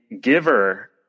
giver